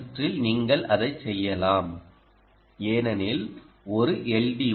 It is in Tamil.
இந்த சுற்றில் நீங்கள் அதைச் செய்யலாம் ஏனெனில் ஒரு எல்